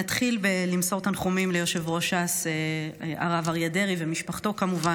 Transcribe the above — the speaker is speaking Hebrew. נתחיל בלמסור תנחומים ליושב-ראש ש"ס הרב אריה דרעי ומשפחתו כמובן.